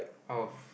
of